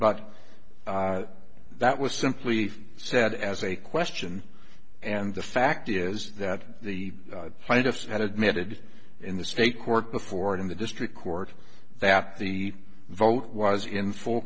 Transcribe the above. but that was simply said as a question and the fact is that the plaintiffs had admitted in the state court before in the district court that the vote was in full